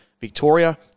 Victoria